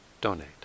donate